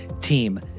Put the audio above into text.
Team